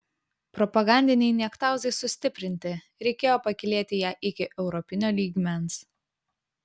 propagandinei niektauzai sustiprinti reikėjo pakylėti ją iki europinio lygmens